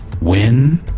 Win